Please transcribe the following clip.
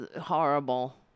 horrible